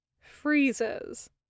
freezes